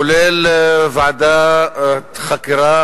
כולל ועדת חקירה,